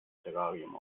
terrarium